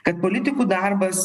kad politikų darbas